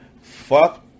fuck